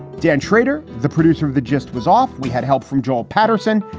dan schrader, the producer of the gist, was off. we had help from joel patterson,